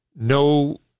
no